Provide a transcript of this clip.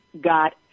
got